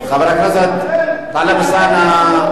חבר הכנסת טלב אלסאנע.